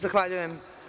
Zahvaljujem.